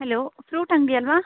hello fruit ಅಂಗಡಿ ಅಲ್ಲವಾ